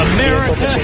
America